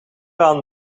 aan